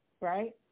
right